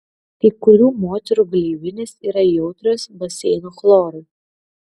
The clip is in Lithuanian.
kai kurių moterų gleivinės yra jautrios baseinų chlorui